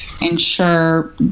ensure